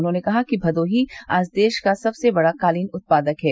उन्होंने कहा कि भदोही आज देश का सबसे बड़ा कालीन उत्पादक है